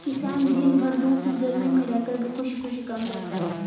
किसान दिन भर धूप में गर्मी में रहकर भी खुशी खुशी काम करता है